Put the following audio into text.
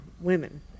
women